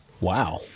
Wow